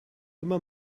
immer